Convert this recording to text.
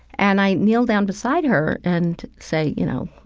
and i kneel down beside her and say, you know,